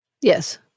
Yes